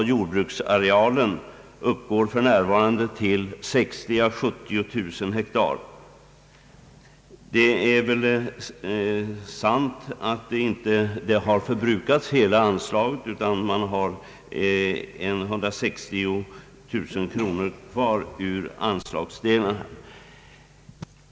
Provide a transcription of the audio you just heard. Under det senaste året har oförändrat cirka 12000 ha Det är sant att hela anslaget inte förbrukats utan att man har cirka 160 000 kronor kvar av anvisade medel.